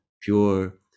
pure